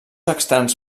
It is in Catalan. externs